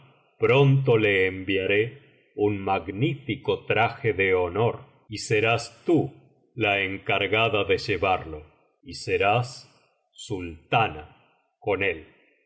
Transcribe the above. pronto le enviaré un magnífico traje de honor biblioteca valenciana generalitat valenciana las mil noches y una noche y serás tú la encargada de llevarlo y serás sultana con él y